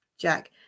Jack